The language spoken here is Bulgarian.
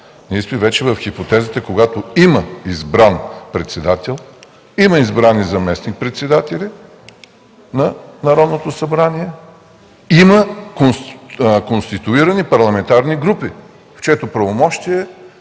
сме в хипотеза, когато има избран председател, има избрани заместник-председатели на Народното събрание, има конституирани парламентарни групи, чието правомощие